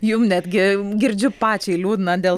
jum netgi girdžiu pačiai liūdna dėl